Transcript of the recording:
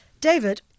David